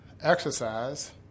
exercise